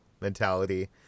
mentality